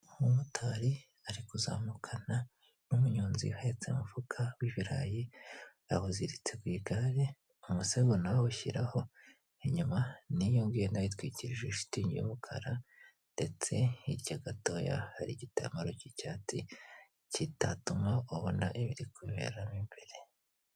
Umumotari ari kuzamukana n'umunyonzi uhetse umufuka w'ibirayi yawuziritse ku igare, umasego na wo awushyiraho inyuma, n'iyo ngiyo na yo itwikirije shitingi y'umukara ndetse hirya gatoya hari igitambaro cy'icyatsi kitatuma ubona ibiri kubera mu imbere.